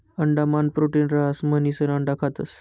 अंडा मान प्रोटीन रहास म्हणिसन अंडा खातस